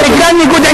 אדוני.